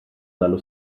dallo